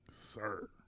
Sir